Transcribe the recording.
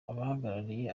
abahagarariye